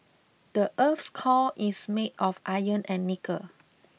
the earth's core is made of iron and nickel